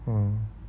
hmm